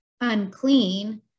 unclean